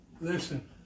Listen